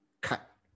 Cut